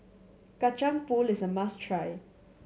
Kacang Pool is a must try